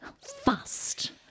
Fast